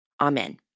Amen